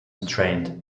strained